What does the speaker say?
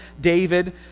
David